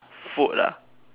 food ah